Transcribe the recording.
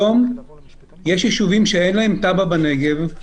היום יש ישובים שאין להם תב"ע בנגב,